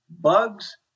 Bugs